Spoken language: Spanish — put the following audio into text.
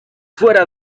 fuera